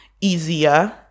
easier